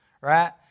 right